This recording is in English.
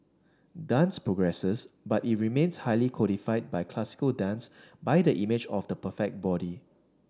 dance progresses but it remains highly codified by classical dance by the image of the perfect body